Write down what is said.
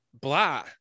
blah